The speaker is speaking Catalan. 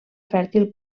fèrtil